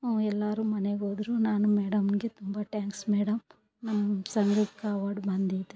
ನಾವು ಎಲ್ಲರು ಮನೆಗೋದರು ನಾನು ಮೇಡಮ್ಗೆ ತುಂಬ ಟ್ಯಾಂಕ್ಸ್ ಮೇಡಮ್ ನಮ್ಮ ಸಂಘಕ್ಕೆ ಅವಾರ್ಡ್ ಬಂದಿದೆ